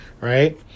Right